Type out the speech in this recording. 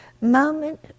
moment